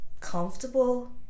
comfortable